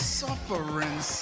suffering